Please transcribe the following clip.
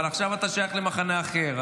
אבל עכשיו אתה שייך למחנה אחר,